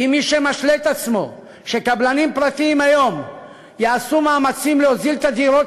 כי מי שמשלה את עצמו שקבלנים פרטיים היום יעשו מאמצים להוזיל את הדירות,